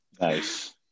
Nice